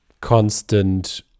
constant